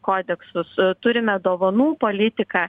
kodeksus turime dovanų politiką